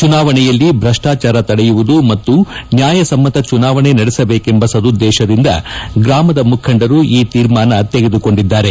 ಚುನಾವಣೆಯಲ್ಲಿ ಭ್ರಷ್ನಾಚಾರ ತಡೆಯುವುದು ಮತ್ತು ನ್ಯಾಯಸಮ್ನತ ಚುನಾವಣೆ ನಡೆಸಬೇಕೆಂಬ ಸದ್ದುದ್ದೇಶದಿಂದ ಗ್ರಾಮದ ಮುಖಂಡರು ಈ ತೀರ್ಮಾನ ತೆಗೆದುಕೊಂಡಿದ್ದಾರೆ